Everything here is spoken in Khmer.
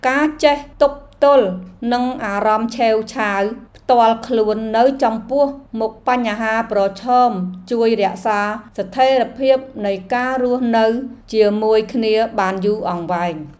ការចេះទប់ទល់នឹងអារម្មណ៍ឆេវឆាវផ្ទាល់ខ្លួននៅចំពោះមុខបញ្ហាប្រឈមជួយរក្សាស្ថិរភាពនៃការរស់នៅជាមួយគ្នាបានយូរអង្វែង។